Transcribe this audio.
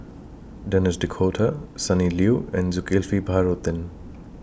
Denis D'Cotta Sonny Liew and Zulkifli Baharudin